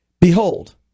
behold